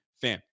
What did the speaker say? Fam